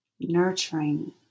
nurturing